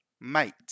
mate